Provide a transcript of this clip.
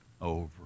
over